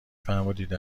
فرمودید